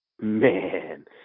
Man